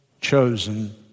chosen